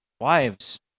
Wives